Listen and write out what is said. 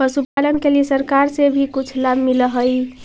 पशुपालन के लिए सरकार से भी कुछ लाभ मिलै हई?